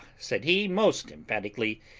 said he, most emphatically,